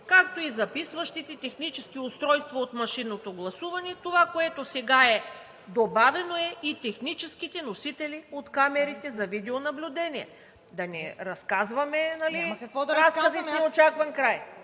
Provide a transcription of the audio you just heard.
както и записващите технически устройства от машинното гласуване“. Това, което сега е добавено, е: „и техническите носители от камерите за видеонаблюдение“. Да не разказваме разкази с неочакван край.